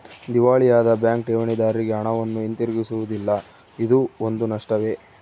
ದಿವಾಳಿಯಾದ ಬ್ಯಾಂಕ್ ಠೇವಣಿದಾರ್ರಿಗೆ ಹಣವನ್ನು ಹಿಂತಿರುಗಿಸುವುದಿಲ್ಲ ಇದೂ ಒಂದು ನಷ್ಟವೇ